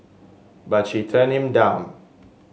but she turned him down